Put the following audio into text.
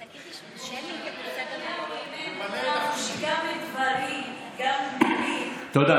נתניהו לא לימד אותך שגם בדברים, תודה.